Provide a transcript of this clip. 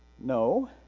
no